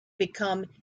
become